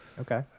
Okay